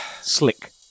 Slick